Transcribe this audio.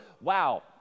wow